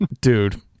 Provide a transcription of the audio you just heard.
Dude